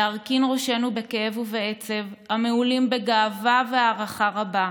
להרכין ראשנו בכאב ובעצב המהולים בגאווה ובהערכה רבה,